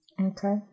Okay